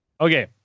Okay